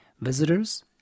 visitors